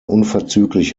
unverzüglich